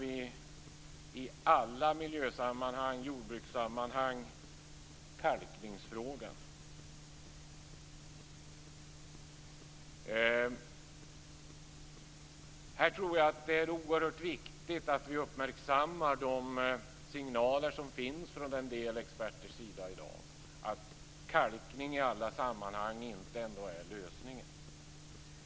I alla miljösammanhang och jordbrukssammanhang debatterar vi kalkningsfrågan. Här tror jag att det är oerhört viktigt att vi uppmärksammar de signaler som finns från en del experter i dag om att kalkning inte i alla sammanhang är lösningen.